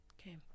Okay